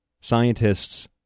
scientists